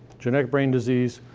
genetic brain disease,